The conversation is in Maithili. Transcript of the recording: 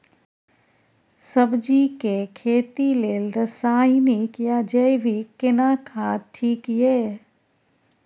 सब्जी के खेती लेल रसायनिक या जैविक केना खाद ठीक ये?